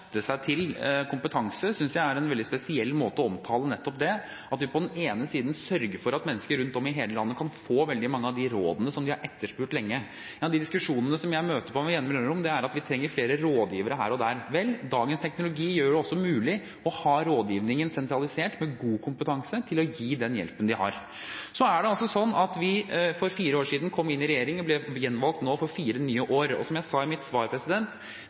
seg til kompetanse, synes jeg er en veldig spesiell måte å omtale dette på, nettopp det at vi sørger for at mennesker rundt om i hele landet kan få veldig mange av de rådene som de har etterspurt lenge. De diskusjonene som jeg møter på med jevne mellomrom, er at vi trenger flere rådgivere her og der. Vel, dagens teknologi gjør det også mulig å ha rådgivningen sentralisert, med god kompetanse til å gi hjelp. Det er altså sånn at vi for fire år siden kom inn i regjering, og ble gjenvalgt nå for fire nye år. Og som jeg sa i mitt svar,